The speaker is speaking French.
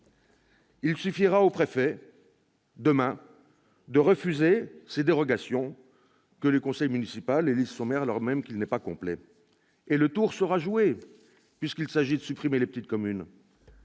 Il suffira aux préfets, demain, de refuser les dérogations pour que le conseil municipal élise son maire alors même qu'il n'est pas complet et le tour sera joué, puisqu'il s'agit de supprimer les petites communes